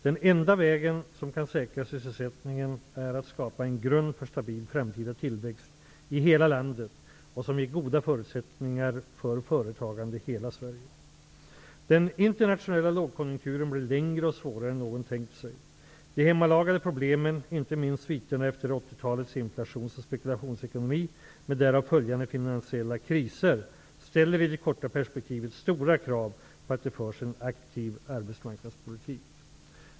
Den enda väg som kan säkra sysselsättningen är att skapa en grund för stabil framtida tillväxt i hela landet som ger goda förutsättningar för företagande i hela Sverige. Den internationella lågkonjunkturen blev längre och svårare än någon tänkt sig. De hemmalagade problemen, inte minst sviterna efter 80-talets inflations och spekulationsekonomi med därav följande finansiella kriser, ställer i det korta perspektivet stora krav på att det förs en aktiv arbetsmarknadspolitik.